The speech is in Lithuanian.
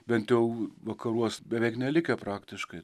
bent jau vakaruos beveik nelikę praktiškai